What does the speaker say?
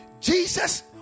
Jesus